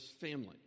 family